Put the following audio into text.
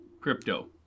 crypto